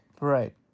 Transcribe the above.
Right